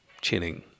chilling